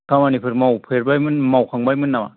खामानिफोर मावफेरबायमोन मावखांबायमोन नामा